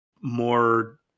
more